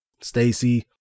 Stacy